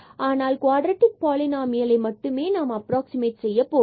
ஆனால் குவாட்ரடிக் பாலினாமியலை மட்டுமே நாம் அப்ராக்ஸிமேட் செய்யப் போகிறோம்